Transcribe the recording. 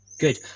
Good